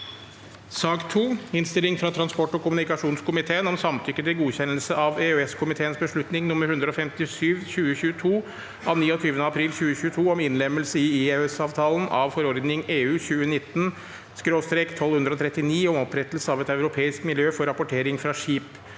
Innstilling fra transport- og kommunikasjonskomi- teen om Samtykke til godkjennelse av EØS-komiteens beslutning nr. 157/2022 av 29. april 2022 om innlem- melse i EØS-avtalen av forordning (EU) 2019/1239 om opprettelse av et europeisk miljø for rapportering fra skip